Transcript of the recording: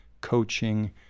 coaching